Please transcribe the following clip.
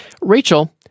Rachel